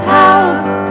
house